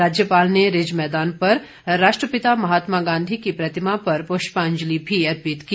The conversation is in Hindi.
राज्यपाल ने रिज मैदान पर राष्ट्रपिता महात्मा गांधी की प्रतिमा पर पुष्पांजलि भी अर्पित की